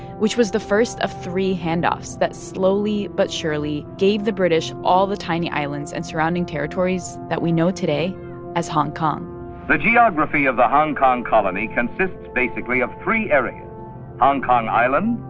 which was the first of three handoffs that slowly but surely gave the british all the tiny islands and surrounding territories that we know today as hong kong the but geography of the hong kong colony consists, basically, of three areas hong kong island,